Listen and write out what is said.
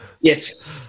Yes